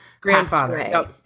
grandfather